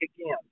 again